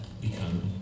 become